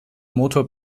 motor